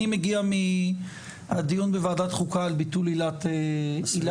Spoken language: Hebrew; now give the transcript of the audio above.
אני מגיע מהדיון בוועדת חוקה על ביטול עילת הסבירות.